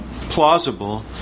plausible